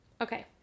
Okay